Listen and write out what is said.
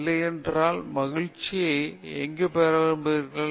இல்லையென்றால் மகிழ்ச்சியை எங்கு பெற விரும்புகிறீர்கள்